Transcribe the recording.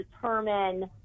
determine